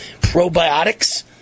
probiotics